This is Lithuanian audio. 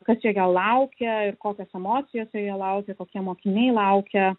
kas joje laukia ir kokios emocijos joje laukė kokie mokiniai laukia